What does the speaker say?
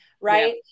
Right